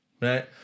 right